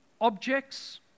objects